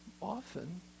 often